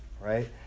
right